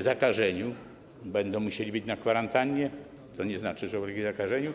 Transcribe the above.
zakażeniu lub będą musieli być na kwarantannie, a to nie znaczy, że ulegli zakażaniu.